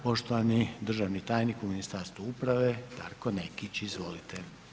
Poštovani državni tajnik u Ministarstvu uprave Darko Nekić, izvolite.